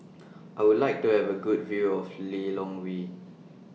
I Would like to Have A Good View of Lilongwe